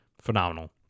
Phenomenal